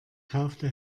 kaufte